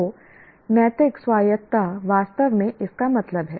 तो नैतिक स्वायत्तता वास्तव में इसका मतलब है